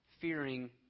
fearing